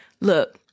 Look